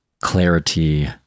clarity